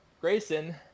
Grayson